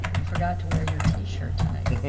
you forgot to wear your t-shirt tonight.